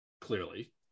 clearly